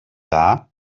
dda